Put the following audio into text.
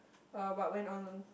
uh what went on on